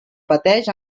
pateix